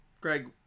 Greg